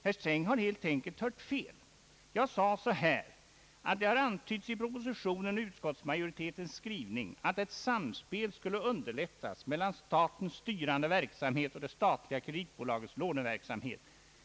Herr Sträng har helt enkelt hört fel. Jag sade att det har antytts i propositionen och i utskottsmajoritetens skrivning att ett samspel skulle underlättas mellan statens styrande verksamhet och det statliga kreditbolagets låneverksamhet.